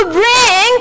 bring